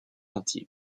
entier